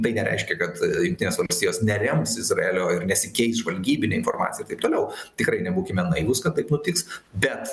tai nereiškia kad jungtinės valstijos nerems izraelio ir nesikeis žvalgybine informacija ir taip toliau tikrai nebūkime naivūs kad taip nutiks bet